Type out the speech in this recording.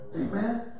Amen